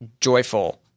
joyful